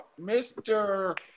Mr